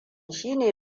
shine